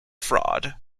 fraud